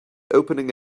opening